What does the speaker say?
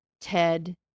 Ted